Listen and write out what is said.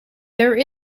there